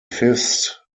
fifth